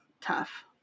tough